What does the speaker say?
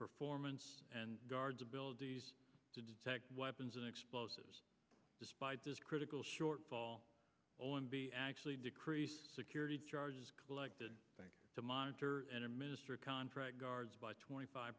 performance and guards ability to detect weapons and explosives despite this critical shortfall on be actually decreased security charges collected to monitor and administer contract guards by twenty five